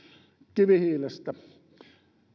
kivihiilestä